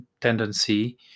tendency